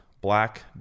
Black